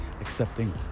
accepting